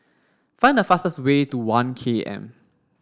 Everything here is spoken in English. find the fastest way to One K M